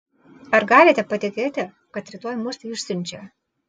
ar galite patikėti kad rytoj mus išsiunčia